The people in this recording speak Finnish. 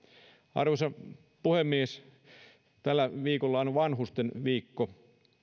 arvoisa puhemies tällä viikolla on vanhustenviikko